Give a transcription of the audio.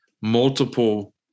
multiple